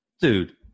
Dude